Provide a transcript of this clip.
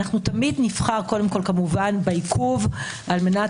אנחנו תמיד נבחר קודם כל בעיכוב על מנת